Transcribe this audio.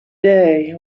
day